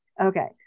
Okay